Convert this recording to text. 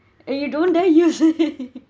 and you don't dare use it